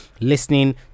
listening